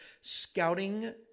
Scouting